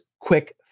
Quick